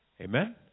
Amen